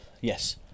yes